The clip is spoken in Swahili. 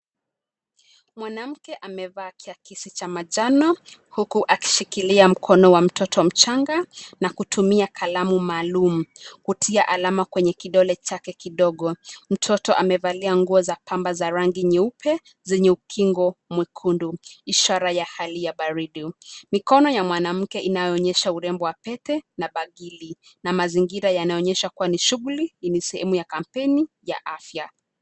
Mwanamke amevaa kiakisi cha manjano, huku akishikilia mkono wa mtoto mchanga na kutumia kalamu maalum kutia alama kwenye kidole chake kidogo. Mtoto amevalia nguo za kamba za rangi nyeupe, zenye ukingo mwekundu ishara ya hali ya baridi. Mikono ya mwanamke inayoonesha urembo wa pete na bangili , na mazingira yanaonyesha kuwa ni shughuli yenye sehemu ya kampeni ya afya.